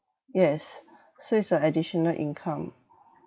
yes so it's a additional income